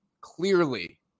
clearly